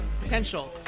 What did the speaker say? potential